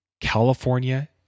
California